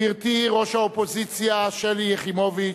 גברתי ראש האופוזיציה שלי יחימוביץ,